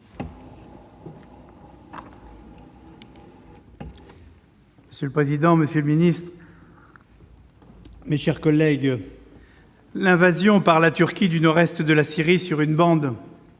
Monsieur le président, monsieur le secrétaire d'État, mes chers collègues, l'invasion par la Turquie du nord-est de la Syrie, sur une bande